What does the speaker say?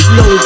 no